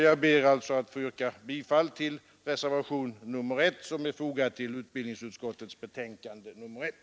Jag ber alltså att få yrka bifall till reservationen 1 vid utbildningsutskottets betänkande nr 1.